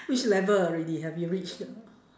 which level already have you reached